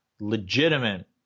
legitimate